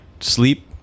sleep